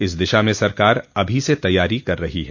इस दिशा में सरकार अभी से तैयारी कर रही है